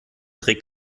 trägt